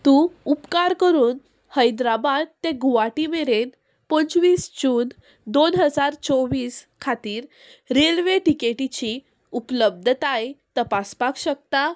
तूं उपकार करून हैद्राबाद ते गुवाहटी मेरेन पंचवीस जून दोन हजार चोवीस खातीर रेल्वे टिकेटीची उपलब्धताय तपासपाक शकता